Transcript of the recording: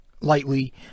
lightly